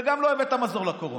וגם לא הבאת מזור לקורונה.